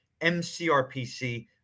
MCRPC